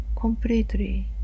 completely